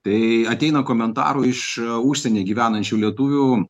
tai ateina komentarų iš užsieny gyvenančių lietuvių